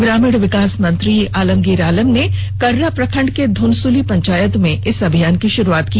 ग्रामीण विकास मंत्री आलमगीर आलम ने कर्रा प्रखंड के घुनसुली पंचायत में इस अभियान की शुरूआत की